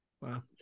Wow